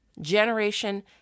generation